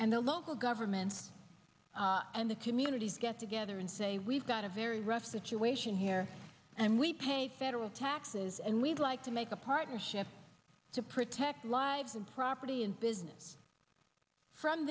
and the local governments and the communities get together and say we've got a very rough situation here and we pay federal taxes and we'd like to make a partnership to protect lives and property and business from